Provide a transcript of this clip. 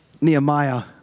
Nehemiah